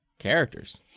Characters